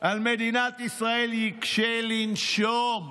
על מדינת ישראל יקשה לנשום.